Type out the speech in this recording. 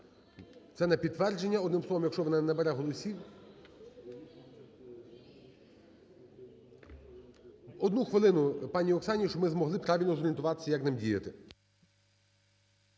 Це на підтвердження, одним словом, якщо воно не набере голосів… Одну хвилину пані Оксані, щоб ми могли правильно зорієнтуватися, як нам діяти.